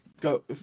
go